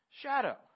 shadow